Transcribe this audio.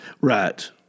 Right